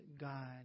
God